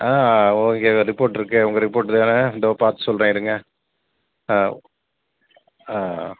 ஆ okay தான் report இருக்கே உங்கள் ரிப்போர்ட் தானே இதோ பார்த்து சொல்கிறேன் இருங்க ஆ ஆ